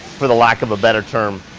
for the lack of a better term,